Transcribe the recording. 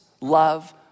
love